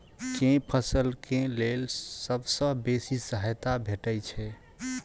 केँ फसल केँ लेल सबसँ बेसी सहायता भेटय छै?